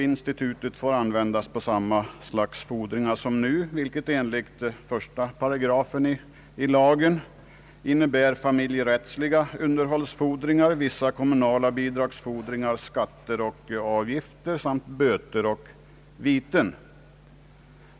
Institutet får användas på samma slags fordringar som nu, vilket enligt 1 8 i lagen innebär familjerättsliga — underhållsfordringar, vissa kommunala underhållsfordringar, skatter och avgifter samt böter och viten.